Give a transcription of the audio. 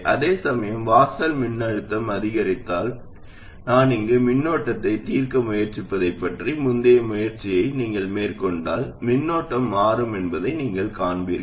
அதேசமயம் வாசல் மின்னழுத்தம் அதிகரித்தால் நான் இங்கு மின்னோட்டத்தைத் தீர்க்க முயற்சிப்பதைப் பற்றி முந்தைய பயிற்சியை நீங்கள் மேற்கொண்டால் மின்னோட்டம் மாறும் என்பதை நீங்கள் காண்பீர்கள்